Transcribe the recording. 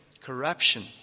corruption